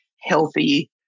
healthy